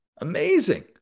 Amazing